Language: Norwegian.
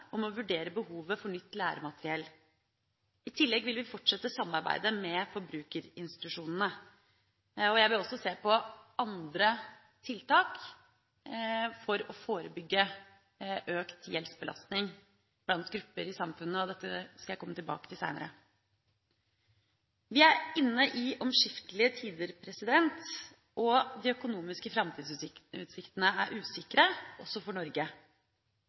om å vurdere behovet for nytt læremateriell. I tillegg vil vi fortsette samarbeidet med forbrukerinstitusjonene. Jeg vil også se på andre tiltak for å forebygge økt gjeldsbelastning blant grupper i samfunnet, og dette skal jeg komme tilbake til seinere. Vi er inne i omskiftelige tider og de økonomiske framtidsutsiktene er usikre, også for Norge.